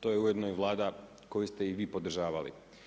To je ujedno i Vlada koju ste i vi podržavali.